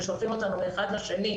ושולחים אותנו מאחד לשני,